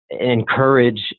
encourage